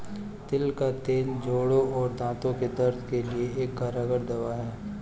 तिल का तेल जोड़ों और दांतो के दर्द के लिए एक कारगर दवा है